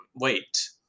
wait